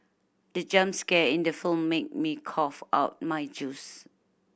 the jump scare in the film made me cough out my juice